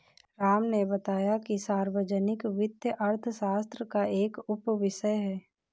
राम ने बताया कि सार्वजनिक वित्त अर्थशास्त्र का एक उपविषय है